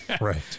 right